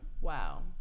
Wow